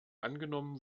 angenommen